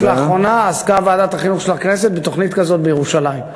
רק לאחרונה עסקה ועדת החינוך של הכנסת בתוכנית כזאת בירושלים.